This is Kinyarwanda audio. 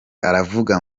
aravuga